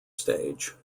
stage